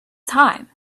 time